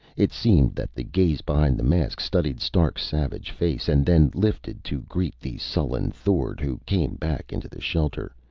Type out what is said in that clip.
it seemed that the gaze behind the mask studied stark's savage face, and then lifted to greet the sullen thord who came back into the shelter,